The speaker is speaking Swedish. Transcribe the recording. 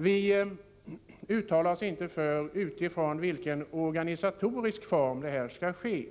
Vi uttalar oss inte om i vilken organisatorisk form denna vård skall ske,